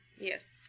yes